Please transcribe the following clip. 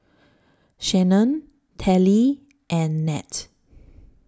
Shanae Telly and Nat